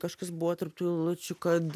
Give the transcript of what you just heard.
kažkas buvo tarp eilučių kad